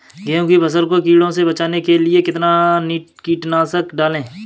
गेहूँ की फसल को कीड़ों से बचाने के लिए कितना कीटनाशक डालें?